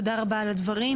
תודה רבה על הדברים.